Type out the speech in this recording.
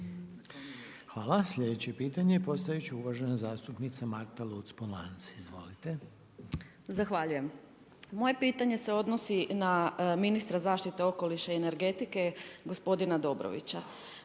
Hvala. Sljedeće pitanje postavit će uvažena zastupnica Marta Luc-Polanc. Izvolite. **Luc-Polanc, Marta (SDP)** Zahvaljujem. Moje pitanje se odnosi na ministra zaštite okoliša i energetike gospodina Dobrovića.